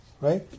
Right